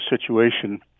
situation